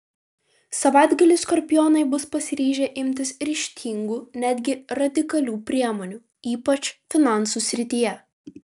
savaitgalį skorpionai bus pasiryžę imtis ryžtingų netgi radikalių priemonių ypač finansų srityje